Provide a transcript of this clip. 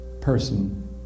person